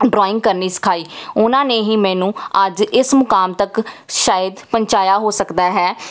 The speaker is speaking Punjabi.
ਡਰਾਇੰਗ ਕਰਨੀ ਸਿਖਾਏ ਉਹਨਾਂ ਨੇ ਹੀ ਮੈਨੂੰ ਅੱਜ ਇਸ ਮੁਕਾਮ ਤੱਕ ਸ਼ਾਇਦ ਪਹੁੰਚਾਇਆ ਹੋ ਸਕਦਾ ਹੈ